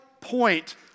point